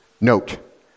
note